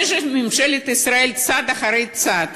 זה שממשלת ישראל, צעד אחרי צעד,